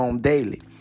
Daily